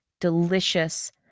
delicious